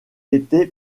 était